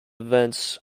events